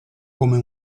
come